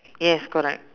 yes correct